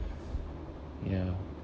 ya